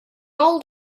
all